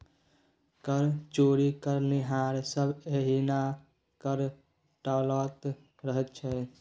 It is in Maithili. कर चोरी करनिहार सभ एहिना कर टालैत रहैत छै